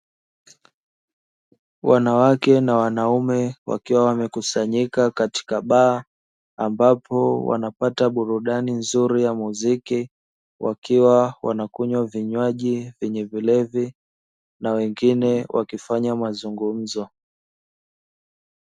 Wanawake na wanaume wakiwa wamekusanyika katika baa, ambapo wanapata burudani nzuri ya muziki, Wakiwa wanakunywa vinywaji vyenye vilevi, na wengine wakifanya mazungumzo.